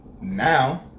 now